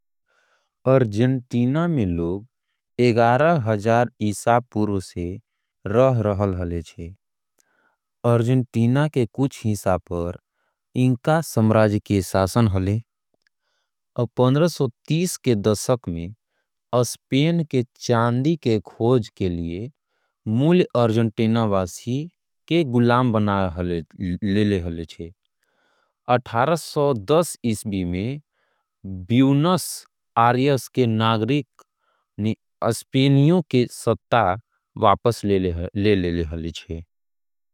अर्जेंटीना में लोग ग्यारह हजार ईसा पूर्व से रह रहल छे। अर्जेंटीना के कुछ हिस्सा पर इनका समाज के शासन हले छे। पंद्रह सौ तीन के दशक में स्पेन ने चांदी खोजने के लिए। मूल अर्जेंटीनावासियों को गुलाम बनाल हेले छे अठारह स। दस ईस्वी में ब्यूनस आयर्स के सत्ता वापस लेले गल हाले छे।